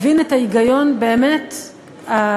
את ההיגיון הבאמת-בסיסי